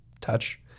touch